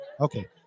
Okay